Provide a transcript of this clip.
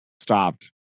stopped